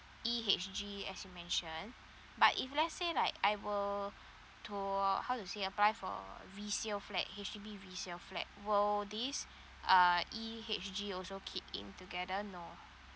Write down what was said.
E_H_G as you've mentioned but if let's say like I were to how to say apply for resale flat H_D_B resale flat will this uh E_H_G also keep in together no